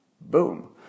Boom